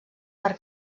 per